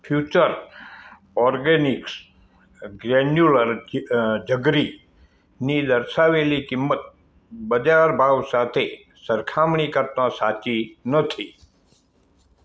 future organics granular જેગ જેગરીની દર્શાવેલી કિંમત બજાર ભાવ સાથે સરખામણી કરતાં સાચી નથી